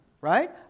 right